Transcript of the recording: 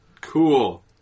Cool